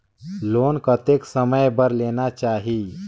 Loan कतेक समय बर लेना चाही?